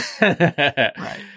Right